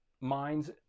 minds